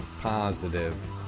positive